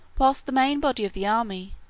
whilst the main body of the army,